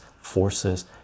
forces